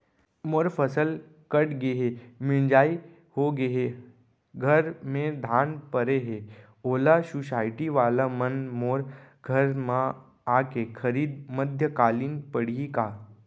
मोर फसल कट गे हे, मिंजाई हो गे हे, घर में धान परे हे, ओला सुसायटी वाला मन मोर घर म आके खरीद मध्यकालीन पड़ही का?